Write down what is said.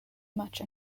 much